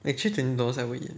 actually twenty dollars I will eat